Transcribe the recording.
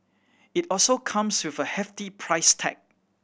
it also comes with a hefty price tag